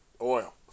oil